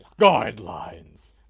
Guidelines